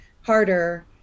harder